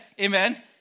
Amen